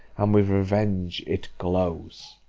and with revenge it glows.